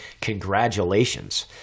congratulations